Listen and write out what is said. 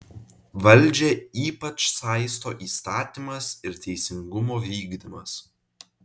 valdžią ypač saisto įstatymas ir teisingumo vykdymas